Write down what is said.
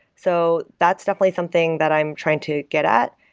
so that's definitely something that i'm trying to get at.